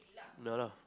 ya lah